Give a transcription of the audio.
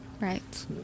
Right